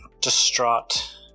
distraught